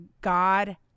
God